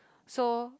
so